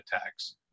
attacks